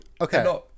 okay